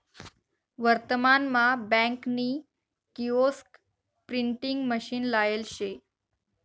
वर्तमान मा बँक नी किओस्क प्रिंटिंग मशीन लायेल शे